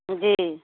जी